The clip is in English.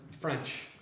French